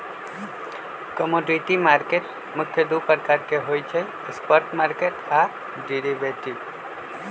commodity market मुख्य दु प्रकार के होइ छइ स्पॉट मार्केट आऽ डेरिवेटिव